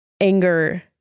anger